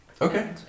Okay